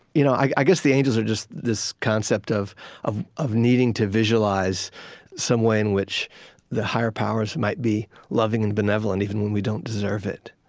you know i guess the angels are just this concept of of needing to visualize some way in which the higher powers might be loving and benevolent even when we don't deserve it,